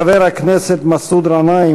חבר הכנסת מסעוד גנאים,